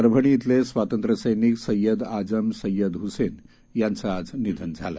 परभणी इथले स्वातंत्र सैनिक सय्यद आजम सय्यद हुसैन यांचं आज निधन झालं